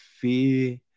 fear